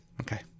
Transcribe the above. Okay